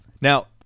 Now